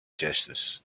gestures